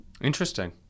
Interesting